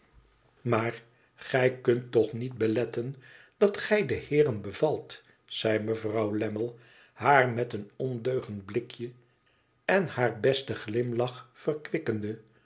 maar gij kunt toch niet beletten dat gij de heeren bevalt zei mevrouw lammie haar met een ondeugend blikje en haar besten glimlach verkwikkende